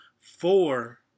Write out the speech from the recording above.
Four